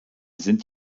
sind